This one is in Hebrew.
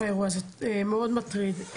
מאוד מטריד.